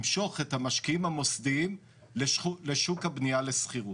למשוך את המשקיעים המוסדיים לשוק הבנייה לשכירות,